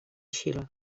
xile